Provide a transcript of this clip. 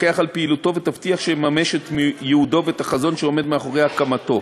תפקח על פעילותו ותבטיח שיממש את ייעודו ואת החזון שעומד מאחורי הקמתו.